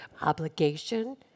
obligation